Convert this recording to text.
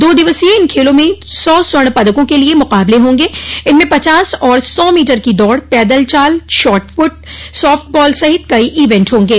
दो दिवसीय इन खेलों में सौ स्वर्ण पदकों के लिए मुकाबले होंगे इनमें पचास और सौ मीटर की दौड़ पैदल चाल शार्टपुट साफ्टबाल सहित कई इवेंट होंगे